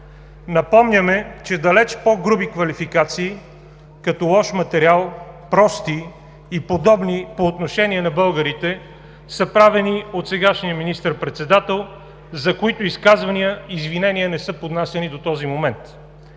Напомняме, че далеч по-груби квалификации, като „лош материал“, „прости“ и подобни по отношение на българите, са правени от сегашния министър-председател, за които изказвания извинения не са поднасяни до този момент.